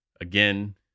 Again